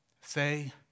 Say